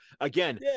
again